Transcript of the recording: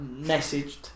Messaged